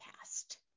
past